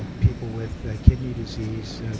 ah people with kidney disease,